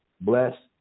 bless